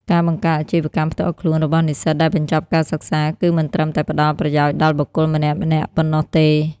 ការបង្កើតអាជីវកម្មផ្ទាល់ខ្លួនរបស់និស្សិតដែលបញ្ចប់ការសិក្សា គឺមិនត្រឹមតែផ្តល់ប្រយោជន៍ដល់បុគ្គលម្នាក់ៗប៉ុណ្ណោះទេ។